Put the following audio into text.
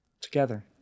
together